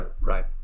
right